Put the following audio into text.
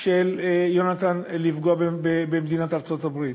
של יונתן לפגוע במדינת ארצות-הברית.